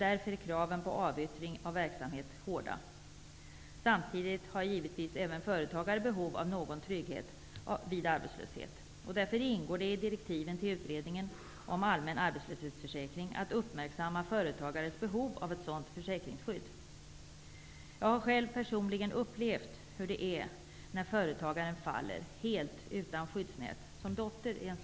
Därför är kraven på avyttring av verksamhet hårda. Samtidigt har givetvis även företagare behov av någon trygghet vid arbetslöshet. Därför ingår det i direktiven till utredningen om allmän arbetslöshetsförsäkring att uppmärksamma företagares behov av ett sådant försäkringsskydd. Jag har personligen, som dotter i en sådan situation, upplevt hur det är när företagaren faller helt utan skyddsnät.